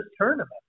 tournament